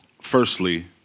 firstly